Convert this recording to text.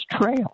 Trail